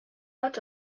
out